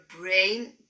brain